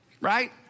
right